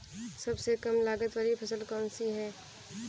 सबसे कम लागत वाली फसल कौन सी है?